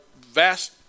vast